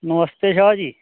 नमस्ते Shah जी